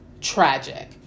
tragic